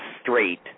straight